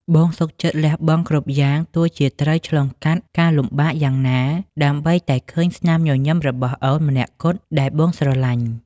បងសុខចិត្តលះបង់គ្រប់យ៉ាង ទោះជាត្រូវឆ្លងកាត់ការលំបាកយ៉ាងណា ដើម្បីតែឃើញស្នាមញញឹមរបស់អូនម្នាក់គត់ដែលបងស្រឡាញ់។